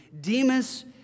Demas